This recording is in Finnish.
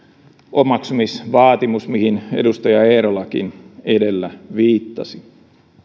omaksumisen vaatimus mihin edustaja eerolakin edellä viittasi